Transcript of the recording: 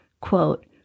quote